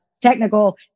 technical